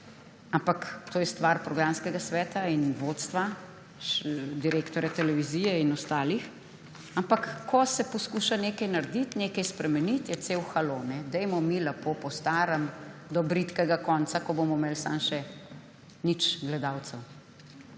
Ampak to je stvar programskega sveta in vodstva, direktorja televizije in ostalih. Ampak ko se posluša nekaj narediti, nekaj spremeniti, je cel halo. Dajmo mi lepo po starem do bridkega konca, ko bomo imeli samo še nič gledalcev.